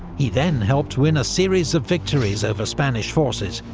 he then helped win a series of victories over spanish forces,